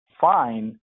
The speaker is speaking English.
fine